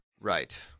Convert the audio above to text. right